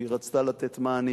והיא רצתה לתת מענים.